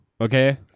okay